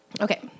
Okay